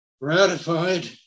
ratified